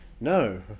No